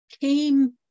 came